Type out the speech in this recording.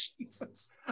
Jesus